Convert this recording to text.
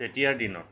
তেতিয়াৰ দিনত